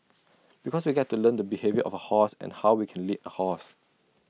because we get to learn the behaviour of A horse and how we can lead A horse